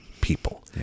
people